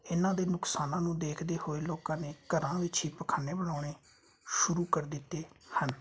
ਇਹਨਾਂ ਦੇ ਨੁਕਸਾਨਾਂ ਨੂੰ ਦੇਖਦੇ ਹੋਏ ਲੋਕਾਂ ਨੇ ਘਰਾਂ ਵਿੱਚ ਹੀ ਪਖਾਨੇ ਬਣਾਉਣੇ ਸ਼ੁਰੂ ਕਰ ਦਿੱਤੇ ਹਨ